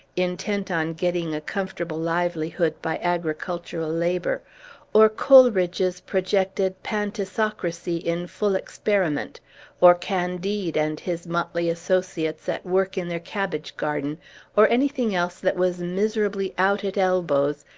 intent on getting a comfortable livelihood by agricultural labor or coleridge's projected pantisocracy in full experiment or candide and his motley associates at work in their cabbage garden or anything else that was miserably out at elbows,